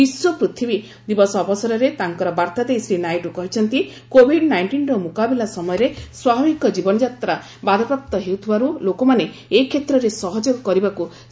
ବିଶ୍ୱ ପୃଥିବୀ ଦିବସ ଅବସରରେ ତାଙ୍କର ବାର୍ତ୍ତା ଦେଇ ଶ୍ରୀ ନାଇଡ଼ୁ କହିଛନ୍ତି କୋଭିଡ୍ ନାଇଷ୍ଟିନ୍ର ମୁକାବିଲା ସମୟରେ ସ୍ପାଭାବକ ଜୀବନଯାତ୍ରା ବାଧାପ୍ରାପ୍ତ ହେଉଥିବାରୁ ଲୋକମାନେ ଏ କ୍ଷେତ୍ରରେ ସହଯୋଗ କରିବାକୁ ସେ ନିବେଦନ କରିଛନ୍ତି